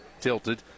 tilted